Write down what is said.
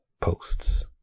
posts